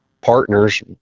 partners